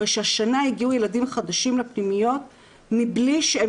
הרי שהשנה הגיעו ילדים חדשים לפנימיות מבלי שהם